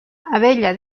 abella